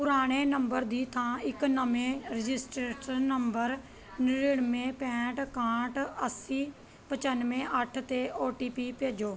ਪੁਰਾਣੇ ਨੰਬਰ ਦੀ ਥਾਂ ਇੱਕ ਨਵੇਂ ਰਜਿਸਟਰਡ ਨੰਬਰ ਨੜ੍ਹਿਨਵੇਂ ਪੈਂਹਠ ਇੱਕਾਹਠ ਅੱਸੀ ਪਚਾਨਵੇਂ ਅੱਠ 'ਤੇ ਓ ਟੀ ਪੀ ਭੇਜੋ